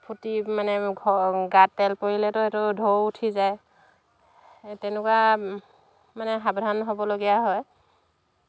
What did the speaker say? ফুটি মানে ঘ গাত তেল পৰিলেতো সেইটো ঢৌ উঠি যায় সেই তেনেকুৱা মানে সাৱধান হ'বলগীয়া হয়